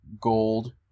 gold